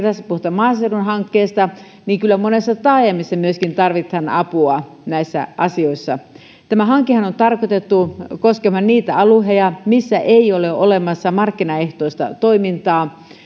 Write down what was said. tässä puhutaan maaseudun hankkeista niin kyllä monissa taajamissa myöskin tarvitaan apua näissä asioissa tämä hankehan on tarkoitettu koskemaan niitä alueita missä ei ole olemassa markkinaehtoista toimintaa